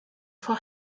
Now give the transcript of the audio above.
for